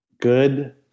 good